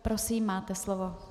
Prosím, máte slovo.